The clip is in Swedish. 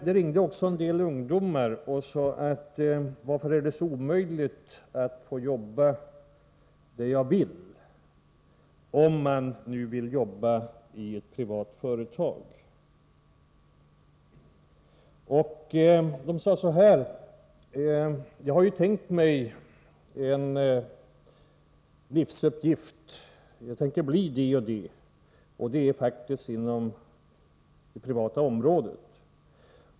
Dels ringde också en del ungdomar och undrade: Varför är det så omöjligt att få jobba där man vill, om man nu vill jobba i ett privat företag? Och de sade: Jag har tänkt mig en livsuppgift, jag tänker bli det och det, och det är faktiskt inom det privata området.